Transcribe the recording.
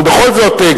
אבל בכל זאת,